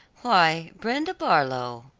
why, brenda barlow,